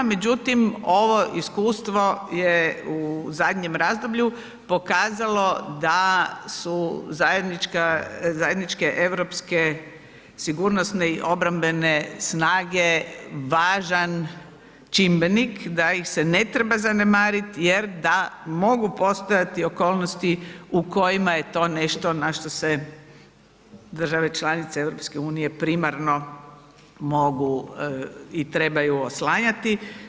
Međutim ovo iskustvo je u zadnjem razdoblju pokazalo da su zajedničke europske, sigurnosne i obrambene snage važan čimbenik, da ih se ne treba zanemariti jer da mogu postojati okolnosti u kojima je to nešto na što se države članice EU primarno mogu i trebaju oslanjati.